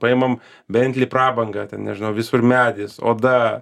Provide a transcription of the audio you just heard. paimam bentley prabangą ten nežinau visur medis oda